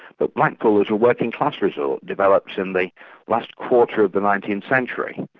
but blackpool was a working-class resort, developed in the last quarter of the nineteenth century.